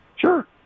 sure